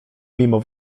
mimo